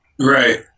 Right